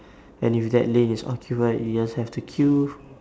and if that lane is occupied you just have to queue